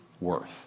worth